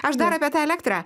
aš dar apie tą elektrą